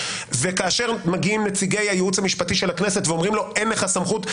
וכאשר מגיעים נציגי הייעוץ המשפטי של הכנסת ואומרים לו: אין לך סמכות,